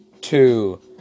two